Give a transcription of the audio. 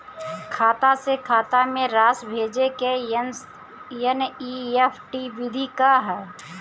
खाता से खाता में राशि भेजे के एन.ई.एफ.टी विधि का ह?